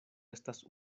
estas